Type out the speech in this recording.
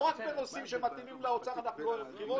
לא רק בנושאים שמתאימים לאוצר אנחנו ערב בחירות.